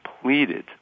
completed